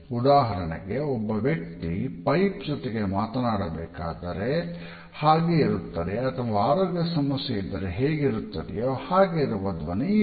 ಉದಾಹರಣೆಗೆ ಒಬ್ಬ ವ್ಯಕ್ತಿ ಪೈಪ್ ಜೊತೆಗೆ ಮಾತನಾಡಬೇಕಾದರೆ ಹಾಗೆ ಇರೂತದೆ ಅಥವಾ ಆರೋಗ್ಯ ಸಮಸ್ಯೆ ಇದ್ದಾರೆ ಹೇಗಿರುತ್ತದೆಯೋ ಹಾಗೆ ಇರುವ ಧ್ವನಿ ಇದು